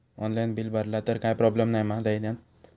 Online bill भरला तर काय प्रोब्लेम नाय मा जाईनत?